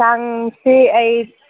ꯇꯥꯡꯁꯤ ꯑꯩ